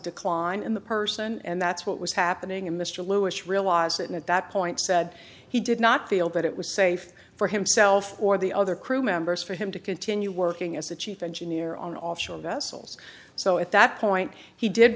decline in the person and that's what was happening in mr lewis realize it at that point said he did not feel that it was safe for himself or the other crew members for him to continue working as a chief engineer on offshore vessels so at that point he did